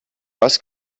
was